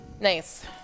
Nice